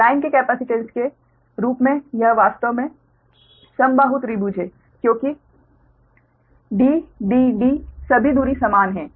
line के capacitance के रूप में यह वास्तव में समबाहु त्रिभुज है क्योंकि d d d सभी दूरी समान है